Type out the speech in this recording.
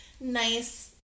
nice